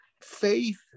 faith